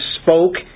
spoke